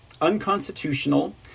unconstitutional